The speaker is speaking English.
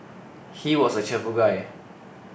he was a cheerful guy